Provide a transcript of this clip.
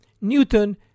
Newton